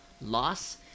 loss